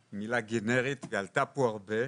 היא מילה גנרית והיא עלתה פה הרבה.